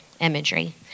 imagery